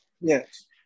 Yes